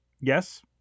Yes